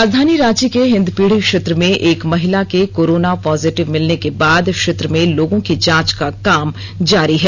राजधानी रांची के हिन्दपीढ़ी क्षेत्र में एक महिला के कोरोना पॉजिटिव मिलने के बाद क्षेत्र में लोगों की जांच का काम जारी है